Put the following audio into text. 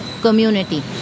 community